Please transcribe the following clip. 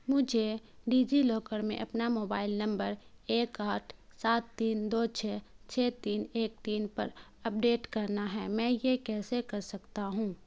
مجھے DigiLocker میں اپنا موبائل نمبر ایک آٹھ سات تین دو چھ چھ تین ایک تین پر اپڈیٹ کرنا ہے میں یہ کیسے کر سکتا ہوں